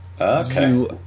Okay